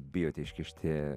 bijote iškišti